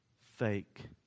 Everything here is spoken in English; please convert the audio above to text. fake